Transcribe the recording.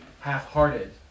half-hearted